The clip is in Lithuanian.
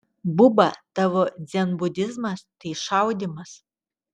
buba tavo dzenbudizmas tai šaudymas